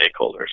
stakeholders